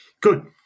Good